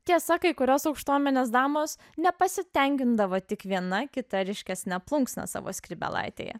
tiesa kai kurios aukštuomenės damos nepasitenkindavo tik viena kita ryškesne plunksna savo skrybėlaitėje